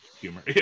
Humor